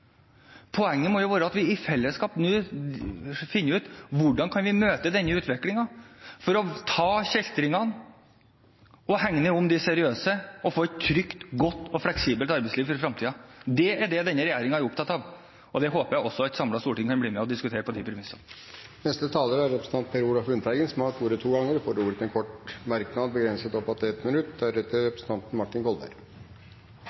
Poenget må jo være at vi nå i fellesskap finner ut hvordan vi kan møte denne utviklingen, for å ta kjeltringene, hegne om de seriøse og få et trygt, godt og fleksibelt arbeidsliv for fremtiden. Det er det denne regjeringen er opptatt av, og jeg håper at også et samlet storting kan bli med og diskutere dette på de premissene. Representanten Per Olaf Lundteigen har hatt ordet to ganger tidligere og får ordet til en kort merknad, begrenset til 1 minutt.